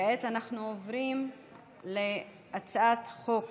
כעת אנחנו עוברים להצעת חוק